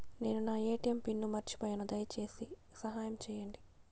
నేను నా ATM pin మర్చిపోయాను, దయచేసి సహాయం చేయండి